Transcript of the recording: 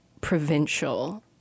provincial